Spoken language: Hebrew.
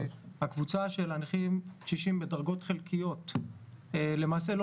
שהקבוצה של הנכים הקשישים בדרגות חלקיות למעשה לא